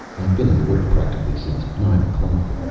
i've been in the water practically since nine o'clock.